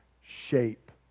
shape